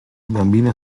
bambino